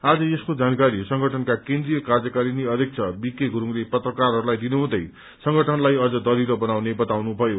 आज यसको जानकारी संगठनका केन्द्रीय कायकारिणी अध्यक्ष वी के गुरूङको पत्रकारहरूलाई दिनु हुँदै संगठनलाई अझ दरिलो बनाउने बताउनु भयो